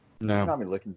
No